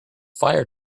fire